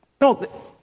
No